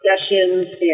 sessions